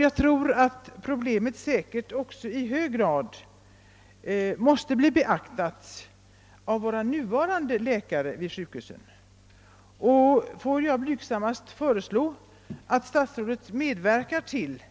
Jag tror att problemet också i hög grad måste bli beaktat av våra nuvarande läkare vid sjukhusen. Får jag då föreslå att statsrådet medverkar till